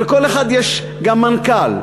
ולכל אחד יש גם מנכ"ל,